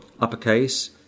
uppercase